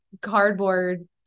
cardboard